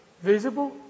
visible